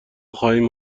خواهیم